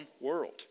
world